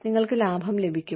നിങ്ങൾക്ക് ലാഭം ലഭിക്കും